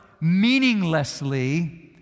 meaninglessly